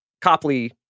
Copley